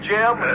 Jim